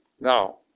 Now